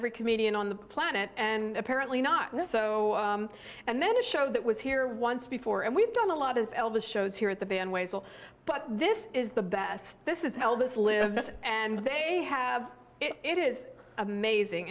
every comedian on the planet and apparently not so and then a show that was here once before and we've done a lot of elvis shows here at the band ways all but this is the best this is hell this live and they have it is amazing